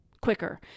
quicker